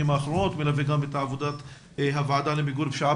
האחרונות ומלווה גם את עבודת הוועדה למיגור הפשיעה